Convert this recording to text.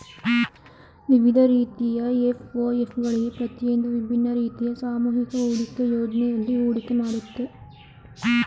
ವಿವಿಧ ರೀತಿಯ ಎಫ್.ಒ.ಎಫ್ ಗಳಿವೆ ಪ್ರತಿಯೊಂದೂ ವಿಭಿನ್ನ ರೀತಿಯ ಸಾಮೂಹಿಕ ಹೂಡಿಕೆ ಯೋಜ್ನೆಯಲ್ಲಿ ಹೂಡಿಕೆ ಮಾಡುತ್ತೆ